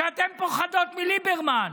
שאתן פוחדות מליברמן